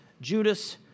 Judas